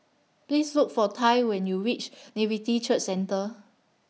Please Look For Tai when YOU REACH Nativity Church Centre